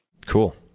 Cool